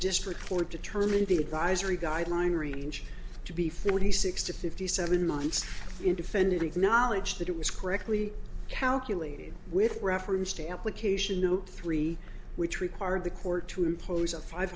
district court determined the advisory guideline arrange to be forty six to fifty seven lines in defendant acknowledge that it was correctly calculated with reference to application note three which required the court to impose a five